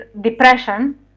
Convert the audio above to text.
depression